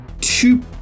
two